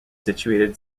situated